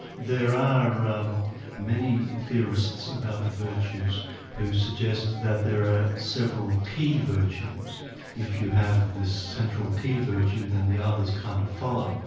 there are are um many theorists about the virtues who suggest that there are several key virtues if you have this central key virtue, then the others kind of follow.